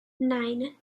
nine